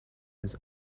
his